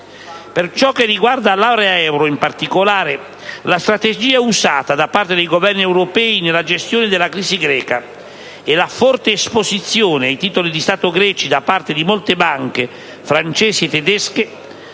Per ciò che riguarda l'area euro in particolare, la strategia usata da parte dei Governi europei nella gestione della crisi greca e la forte esposizione ai titoli di Stato greci da parte di molte banche francesi e tedesche